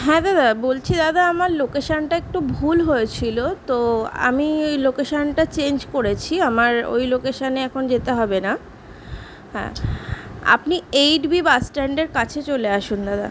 হ্যাঁ দাদা বলছি দাদা আমার লোকেশানটা একটু ভুল হয়েছিলো তো আমি লোকেশানটা চেঞ্জ করেছি আমার ওই লোকেশানে এখন যেতে হবে না হ্যাঁ আপনি এইট বি বাসস্ট্যান্ডের কাছে চলে আসুন দাদা